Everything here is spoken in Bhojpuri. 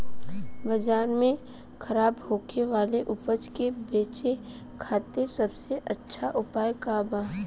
बाजार में खराब होखे वाला उपज के बेचे खातिर सबसे अच्छा उपाय का बा?